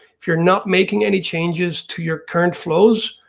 if you're not making any changes to your current flows,